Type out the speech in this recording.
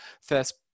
first